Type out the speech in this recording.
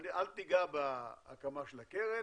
אל תיגע בהקמה של הקרן,